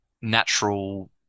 natural